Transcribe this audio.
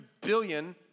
billion